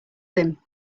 him